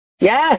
Yes